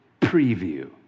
preview